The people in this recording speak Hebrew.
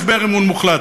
משבר אמון מוחלט,